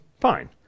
fine